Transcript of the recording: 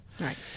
Right